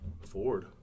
Ford